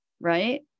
right